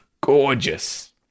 gorgeous